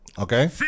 okay